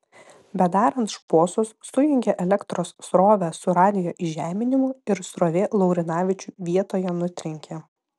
bedarant šposus sujungė elektros srovę su radijo įžeminimu ir srovė laurinavičių vietoje nutrenkė